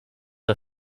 are